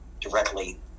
Directly